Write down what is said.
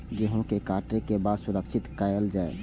गेहूँ के काटे के बाद सुरक्षित कायल जाय?